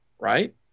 right